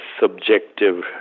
subjective